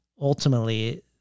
ultimately